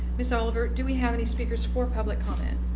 ms. oliver, do we have any speakers for public comment?